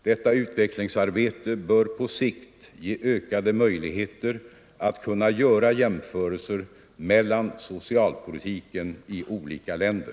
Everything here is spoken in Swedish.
Detta utvecklingsarbete bör på sikt ge ökade möjligheter att kunna göra jämförelser mellan socialpolitiken i olika länder.